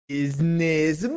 Business